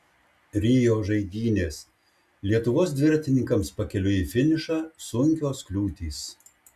rio žaidynės lietuvos dviratininkams pakeliui į finišą sunkios kliūtys